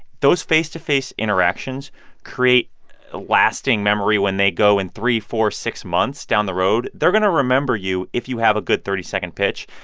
those face-to-face interactions create a lasting memory when they go in three, four, six months down the road. they're going to remember you if you have a good thirty second pitch.